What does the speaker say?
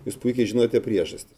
jūs puikiai žinote priežastį